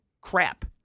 crap